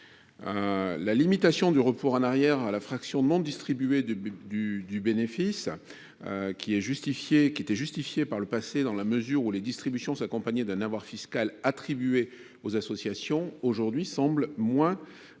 La limitation du report en arrière à la fraction non distribuée du bénéfice se justifiait par le passé dans la mesure où les distributions s’accompagnaient d’un avoir fiscal attribué aux associés. Elle semble aujourd’hui moins